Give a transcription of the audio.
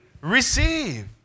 receive